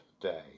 day